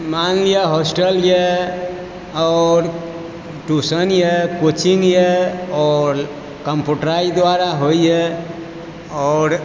मानि लिअ होस्टल येए और टूशन येए कोचिङ्ग येए और कम्पुटराइज द्वारा होइए और